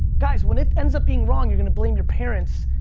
guys, when it ends up being wrong, you're gonna blame your parents,